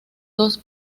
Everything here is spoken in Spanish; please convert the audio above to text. dos